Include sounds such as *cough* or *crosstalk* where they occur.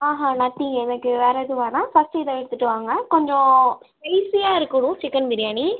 ஆஹான் நான் *unintelligible* எனக்கு வேறு எதுவும் வேணாம் ஃபர்ஸ்ட் இதை எடுத்துட்டு வாங்க கொஞ்சம் ஸ்பைசியாக இருக்கணும் சிக்கன் பிரியாணி